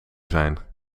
zijn